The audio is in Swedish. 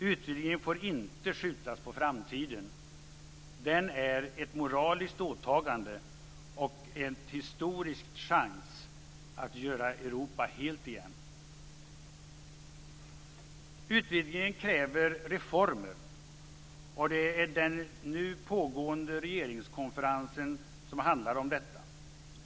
Utvidgningen får inte skjutas på framtiden. Den är ett moraliskt åtagande och en historisk chans att göra Europa helt igen. Utvidgningen kräver reformer. Det är det den nu pågående regeringskonferensen handlar om.